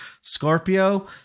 Scorpio